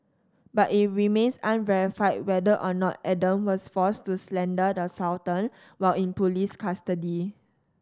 but it remains unverified whether or not Adam was forced to slander the Sultan while in police custody